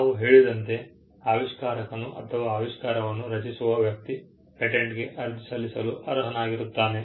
ನಾವು ಹೇಳಿದಂತೆ ಆವಿಷ್ಕಾರಕನು ಅಥವಾ ಆವಿಷ್ಕಾರವನ್ನು ರಚಿಸುವ ವ್ಯಕ್ತಿ ಪೇಟೆಂಟ್ಗೆ ಅರ್ಜಿ ಸಲ್ಲಿಸಲು ಅರ್ಹನಾಗಿರುತ್ತಾನೆ